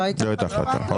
לא הייתה החלטה.